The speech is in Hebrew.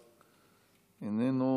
איננו,